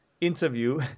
interview